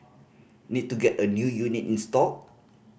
need to get a new unit installed